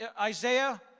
Isaiah